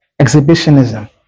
Exhibitionism